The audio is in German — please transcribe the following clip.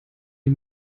die